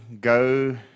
go